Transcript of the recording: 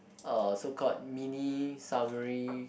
uh so called mini summary